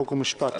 חוק ומשפט.